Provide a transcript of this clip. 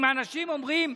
אם האנשים אומרים: